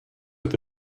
with